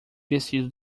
vestido